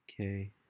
Okay